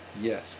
yes